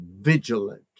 vigilant